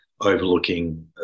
overlooking